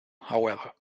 however